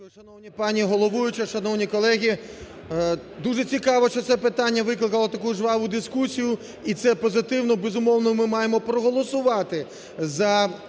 шановна пані головуюча, шановні колеги. Дуже цікаво, що це питання викликало таку жваву дискусію, і це позитивно. Безумовно, ми маємо проголосувати за